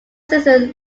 season